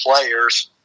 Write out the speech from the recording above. players